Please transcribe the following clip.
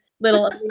little